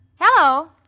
Hello